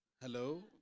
Hello